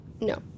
No